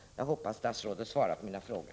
Jag hoppas att statsrådet skall svara på mina frågor.